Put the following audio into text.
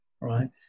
right